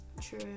true